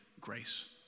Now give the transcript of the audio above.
grace